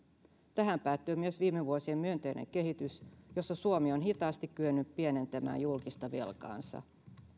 tähän päättyy myös viime vuosien myönteinen kehitys jossa suomi on hitaasti kyennyt pienentämään julkista velkaansa